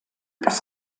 das